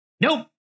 Nope